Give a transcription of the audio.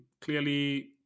Clearly